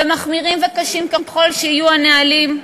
ומחמירים וקשים ככל שיהיו הנהלים,